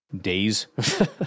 days